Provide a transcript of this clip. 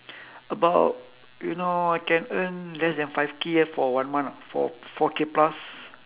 about you know I can earn less than five K ah for one month ah four four K plus